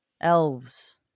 Elves